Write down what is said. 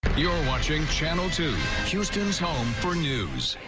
you're watching channel two, houston's home for news.